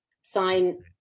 sign